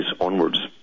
onwards